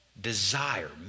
desire